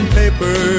paper